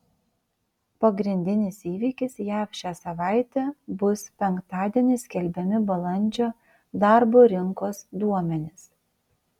pagrindinis įvykis jav šią savaitę bus penktadienį skelbiami balandžio darbo rinkos duomenys